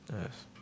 Yes